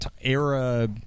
era